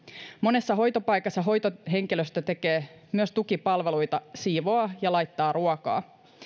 monessa hoitopaikassa hoitohenkilöstö tekee myös tukipalveluita siivoaa ja laittaa ruokaa